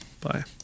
Bye